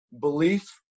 belief